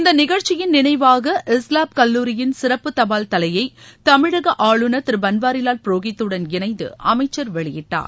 இந்த நிகழ்ச்சியின் நினைவாக ஹிஸ்லாப் கல்லூரியின் சிறப்பு தபால் தலையை தமிழக ஆளுநர் திரு பன்வாரிலால் புரோகித்துடன் இணைந்து அமைச்சர் வெளியிட்டார்